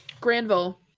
Granville